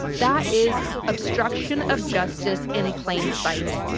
that is obstruction of justice in plain sight.